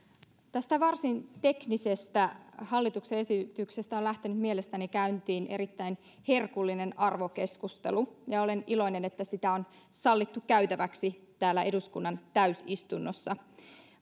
tästä varsin teknisestä hallituksen esityksestä on lähtenyt mielestäni käyntiin erittäin herkullinen arvokeskustelu ja olen iloinen että sitä on sallittu käytäväksi täällä eduskunnan täysistunnossa